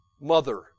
mother